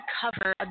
cover